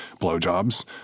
blowjobs